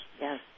Yes